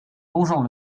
longeant